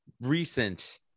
recent